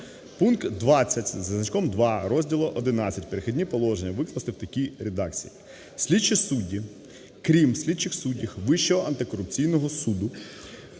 "Пункт 20 зі значком 2 розділу ХІ "Перехідні положення" викласти в такій редакції: Слідчі судді (крім слідчих суддів Вищого антикорупційного суду)